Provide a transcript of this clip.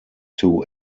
two